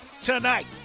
tonight